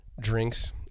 drinks